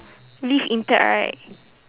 leave impact right